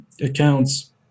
accounts